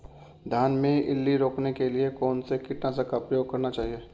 धान में इल्ली रोकने के लिए कौनसे कीटनाशक का प्रयोग करना चाहिए?